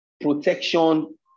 protection